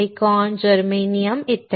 silicon germanium e